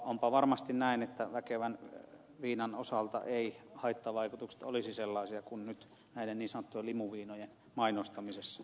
onpa varmasti näin että väkevän viinan osalta eivät haittavaikutukset olisi sellaisia kuin näiden niin sanottujen limuviinojen mainostamisessa